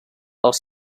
els